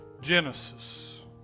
Genesis